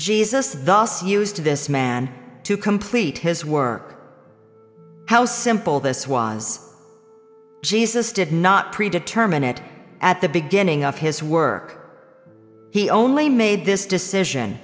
thus used to this man to complete his work how simple this was this did not predetermine it at the beginning of his work he only made this decision